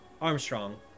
Armstrong